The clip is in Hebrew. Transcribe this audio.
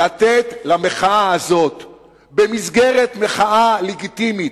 לתת למחאה הזו מסגרת מחאה לגיטימית,